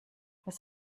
was